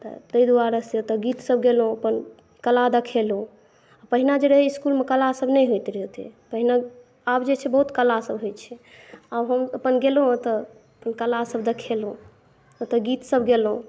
तै दुआरे से तऽ गीतसब गेलहुॅं अपन कला देखलहुॅं पहिने जे रहै इसकुलमे कलासब नहि होइत रहै ओते पहिने आब जे छै बहुत कला सब होइ छै आब हम अपन गेलहुॅं ओतऽ कला सब देखलहुॅं ओतऽ गीतसब गेलहुॅं